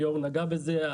ליאור נגע בזה.